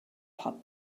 pop